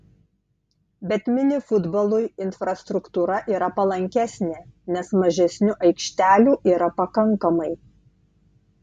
bet mini futbolui infrastruktūra yra palankesnė nes mažesniu aikštelių yra pakankamai